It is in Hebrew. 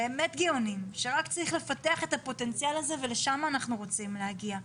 באמת גאונים שרק צריך לפתח את הפוטנציאל הזה ולשם אנחנו רוצים להגיע,